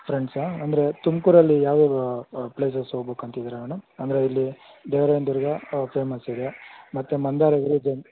ಫ್ರೆಂಡ್ಸಾ ಅಂದರೆ ತುಮಕೂರಲ್ಲಿ ಯಾವ ಯಾವ ಪ್ಲೇಸಸ್ ಹೋಗ್ಬೇಕಂತ ಇದ್ದೀರಾ ಮೇಡಮ್ ಅಂದರೆ ಇಲ್ಲಿ ದೇವ್ರಾಯನ ದುರ್ಗ ಫೇಮಸ್ ಇದೆ ಮತ್ತು ಮಂದಾರ ಗಿರಿ